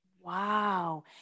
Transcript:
Wow